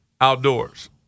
Outdoors